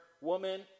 Woman